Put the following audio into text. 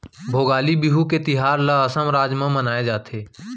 भोगाली बिहू के तिहार ल असम राज म मनाए जाथे